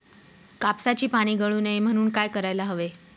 कापसाची पाने गळू नये म्हणून काय करायला हवे?